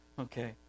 Okay